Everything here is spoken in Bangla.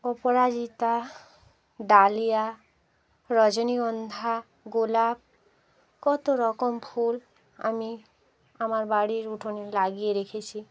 অপরাজিতা ডালিয়া রজনীগন্ধা গোলাপ কত রকম ফুল আমি আমার বাড়ির উঠোনে লাগিয়ে রেখেছি